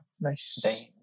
nice